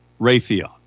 Raytheon